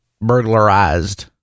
burglarized